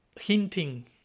hinting